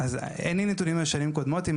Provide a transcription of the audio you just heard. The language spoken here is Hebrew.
אז אין לי נתונים משנים קודמות.